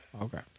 Okay